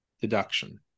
deduction